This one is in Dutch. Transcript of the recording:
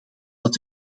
dat